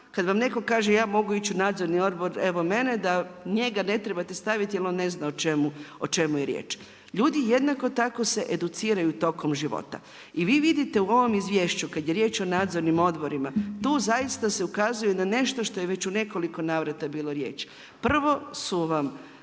kad vam netko kaže ja mogu ići u Nadzorni odbor, evo mene da njega ne trebate staviti jer on ne zna o čemu je riječ. Ljudi jednako tako se educiraju tokom života. I vi vidite u ovom izvješću kad je riječ o nadzornim odborima, tu zaista se ukazuje na nešto što je već u nekoliko navrata bilo riječ. Prvo su vam